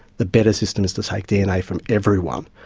the better system is to take dna from everyone.